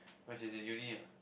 when she's in uni ah